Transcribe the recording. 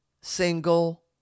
single